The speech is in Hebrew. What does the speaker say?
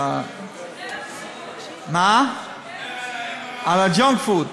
דבר על הבחירות,